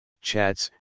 chats